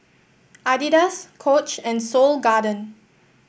Adidas Coach and Seoul Garden